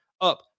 up